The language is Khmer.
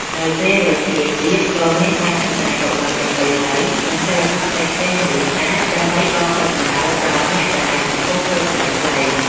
នៅពេលរសៀលទាប ក៏មានការសម្ដែងរបាំប្រពៃណី និងសិល្បៈផ្សេងៗនៅលើឆាក ដើម្បីអមដំណើរដល់អ្នកដែលកំពុងទស្សនាខ្លែង។